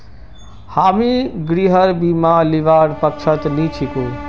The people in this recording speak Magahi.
हामी गृहर बीमा लीबार पक्षत नी छिकु